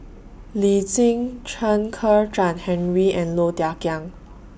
Lee Tjin Chen Kezhan Henri and Low Thia Khiang